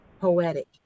poetic